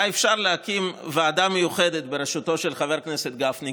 היה אפשר להקים ועדה מיוחדת בראשותו של חבר הכנסת גפני,